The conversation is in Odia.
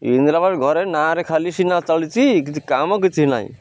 ଇନ୍ଦ୍ରାବାଆସ ଘରେ ନାଁରେ ଖାଲି ସିନା ଚଳିଛିି କିଛି କାମ କିଛି ନାଇଁ